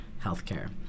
healthcare